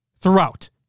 throughout